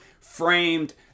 Framed